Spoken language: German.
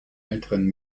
älteren